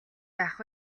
яах